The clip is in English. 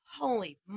holy